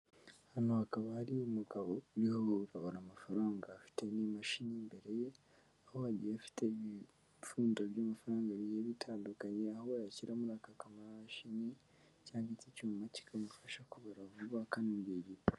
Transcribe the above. Hano hakaba hari umugabo uriho urabara amafaranga afite n'imashini imbere ye, aho agiye afite ibipfundo by'amafaranga bigiye bitandukanye, aho wayashyira muri aka kamashini cyangwa iki icyuma kikamufasha kubara vuba kandi mu gihe gito.